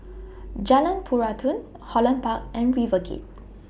Jalan Peradun Holland Park and RiverGate